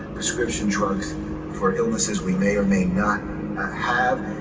prescription drugs for illnesses we may or may not have,